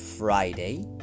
Friday